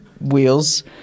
wheels